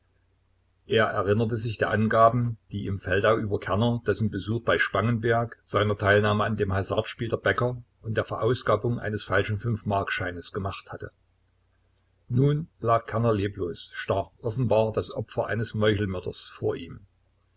er erinnerte sich der angaben die ihm feldau über kerner dessen besuch bei spangenberg seiner teilnahme an dem harsardspiel der bäcker und der verausgabung eines falschen fünfmarkscheins gemacht hatte nun lag kerner leblos starr offenbar das opfer eines meuchelmörders vor ihm